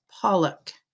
Pollock